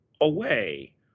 away